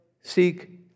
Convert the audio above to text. seek